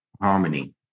harmony